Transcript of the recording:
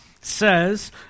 says